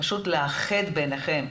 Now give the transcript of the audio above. פשוט לאחד ביניכם,